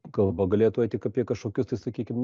kalba galėtų eit tik apie kažkokius tai sakykim